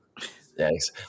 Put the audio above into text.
Thanks